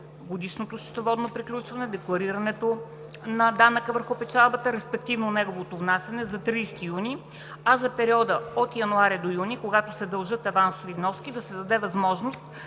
годишното счетоводно приключване, декларирането на данъка върху печалбата, респективно неговото внасяне за 30 юни, а за периода от януари до юни, когато се дължат авансови вноски, да се даде възможност